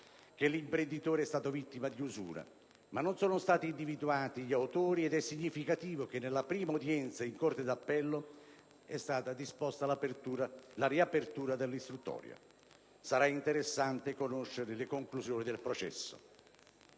che l'imprenditore è stato vittima di usura, ma non sono stati individuati gli autori ed è significativo che nella prima udienza in corte d'appello è stata disposta la riapertura dell'istruttoria: sarà interessante conoscere le conclusioni del processo.